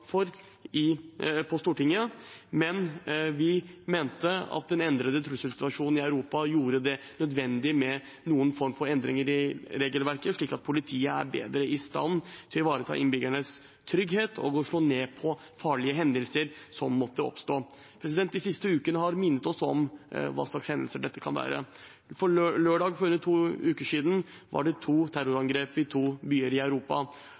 for på Stortinget. Vi mente at den endrede trusselsituasjonen i Europa gjorde det nødvendig med noen former for endringer i regelverket, slik at politiet er bedre i stand til å ivareta innbyggernes trygghet og å slå ned på farlige hendelser som måtte oppstå. De siste ukene har minnet oss om hva slags hendelser dette kan være. Lørdag for to uker siden var det terrorangrep i to byer i Europa.